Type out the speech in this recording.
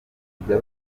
kujya